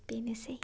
बेनोसै